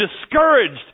discouraged